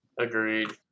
Agreed